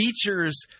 features